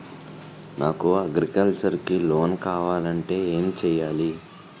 నాకు అగ్రికల్చర్ కి లోన్ కావాలంటే ఏం చేయాలి?